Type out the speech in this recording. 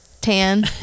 tan